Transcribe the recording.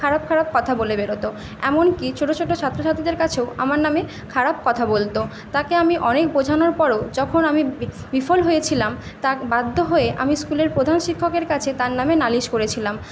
খারাপ খারাপ কথা বলে বেড়াতো এমনকি ছোটো ছোটো ছাত্রছাত্রীদের কাছেও আমার নামে খারাপ কথা বলতো তাকে আমি অনেক বোঝানোর পরও যখন আমি বিফল হয়েছিলাম তা বাধ্য হয়ে আমি স্কুলের প্রধান শিক্ষকের কাছে তার নামে নালিশ করেছিলাম